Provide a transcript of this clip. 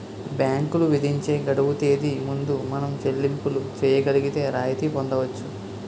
బ్యాంకులు విధించే గడువు తేదీ ముందు మనం చెల్లింపులు చేయగలిగితే రాయితీ పొందవచ్చు